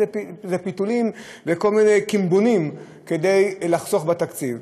אלה פיתולים וכל מיני קימבונים כדי לחסוך בתקציב,